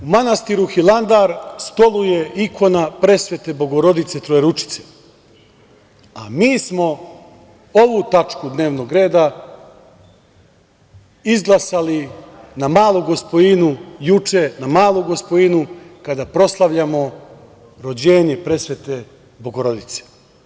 U manastiru Hilandar stoluje ikona presvete Bogorodice Trojeručice, a mi smo ovu tačku dnevnog reda izglasali na Malu Gospojinu, juče, kada proslavljamo rođenje presvete Bogorodice.